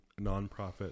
nonprofit